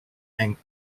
and